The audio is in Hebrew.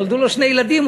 נולדו לו שני ילדים,